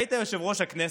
היית יושב-ראש הכנסת.